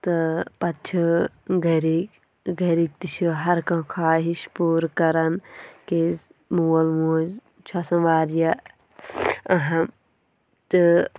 تہٕ پَتہٕ چھِ گَرِکۍ گَرِکۍ تہِ چھِ ہَر کانٛہہ خواہِش پوٗرٕ کَرَان کیٛازِ مول موج چھُ آسَان واریاہ اَہَم تہٕ